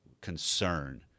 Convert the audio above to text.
concern